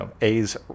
A's